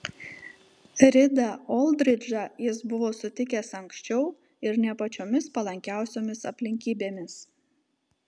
ridą oldridžą jis buvo sutikęs anksčiau ir ne pačiomis palankiausiomis aplinkybėmis